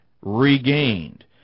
regained